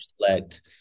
select